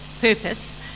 purpose